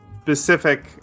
specific